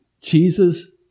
Jesus